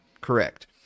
Correct